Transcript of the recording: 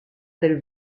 del